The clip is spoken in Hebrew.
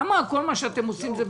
למה כל מה שאתם עושים הוא בסדר?